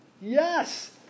Yes